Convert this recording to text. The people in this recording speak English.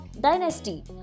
Dynasty